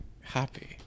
happy